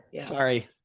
Sorry